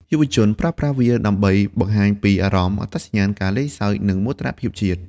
យុវជនប្រើប្រាស់វាដើម្បីបង្ហាញពីអារម្មណ៍ អត្តសញ្ញាណ ការលេងសើច និងមោទនភាពជាតិ។